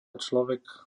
človek